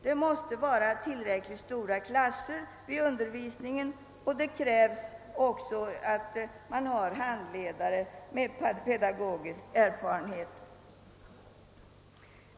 Det måste vara tillräckligt stora klasser vid undervisningen, och det krävs även att man har handledare med pedagogisk erfarenhet.